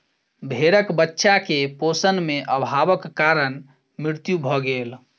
भेड़क बच्चा के पोषण में अभावक कारण मृत्यु भ गेल